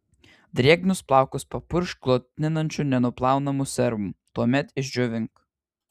drėgnus plaukus papurkšk glotninančiu nenuplaunamu serumu tuomet išdžiovink